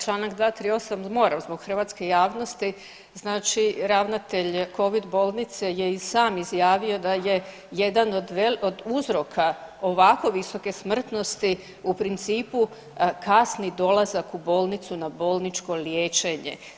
Članak 238. moram zbog hrvatske javnosti, znači ravnatelj covid bolnice je i sam izjavio da je jedan od uzroka ovako visoke smrtnosti u principu kasni dolazak u bolnicu na bolničko liječenje.